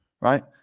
right